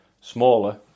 smaller